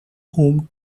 home